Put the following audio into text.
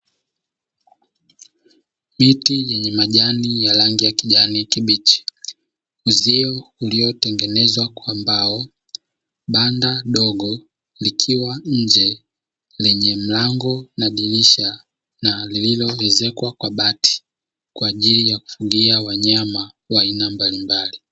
Miti yenye majani ya rangi ya kijani kibichi. Uzio uliotengenezwa kwa mbao, banda dogo likiwa nje lenye mlango na dirisha, na lililo ezekwa kwa bati kwa ajili ya kufungia wanyama wa aina mbalimbali.